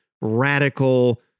radical